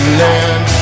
land